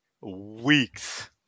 weeks